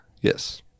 Yes